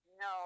No